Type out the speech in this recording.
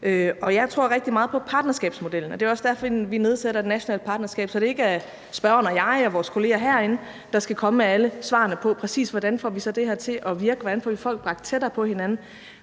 Og jeg tror rigtig meget på partnerskabsmodellen, og det er også derfor, vi nedsætter et nationalt partnerskab, så det ikke er spørgeren og mig og vores kolleger herinde, der skal komme med alle svarene på, præcis hvordan vi så får det her til at virke, og hvordan vi får folk bragt tættere på hinanden,